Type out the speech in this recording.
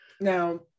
Now